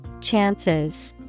Chances